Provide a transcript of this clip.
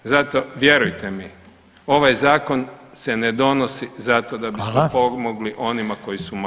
Zato, vjerujte mi, ovaj Zakon se ne donosi zato da [[Upadica: Hvala.]] bismo pomogli onima koji su mali.